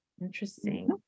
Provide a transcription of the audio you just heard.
interesting